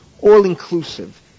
all-inclusive